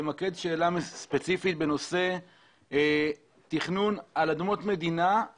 למקד שאלה ספציפית בנושא תכנון על אדמות מדינה.